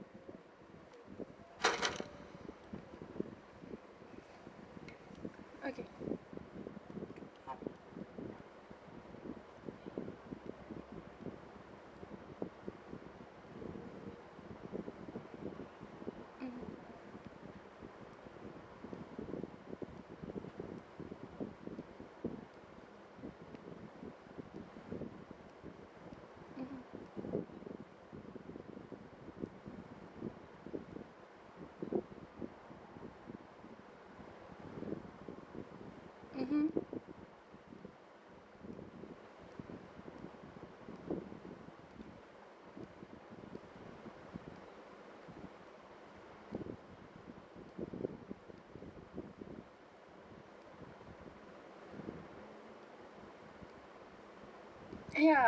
okay mmhmm mmhmm mmhmm ya